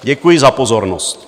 Děkuji za pozornost.